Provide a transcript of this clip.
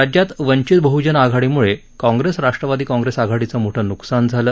राज्यात वंचित बहुजन आघाडीमुळे Congress Rashtrawadi Congress आघाडीचं मोठं नुकसान झालं